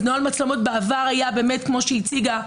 אז נוהל מצלמות בעבר היה באמת כמו שהציגה,